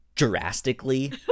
drastically